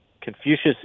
Confucius